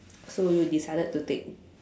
so you decided to take